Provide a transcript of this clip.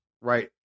Right